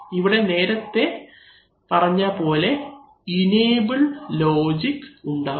ഇവിടെ നേരത്തെ പറഞ്ഞ പോലെ ഇനേബിൾ ലോജിക് ഉണ്ടാവും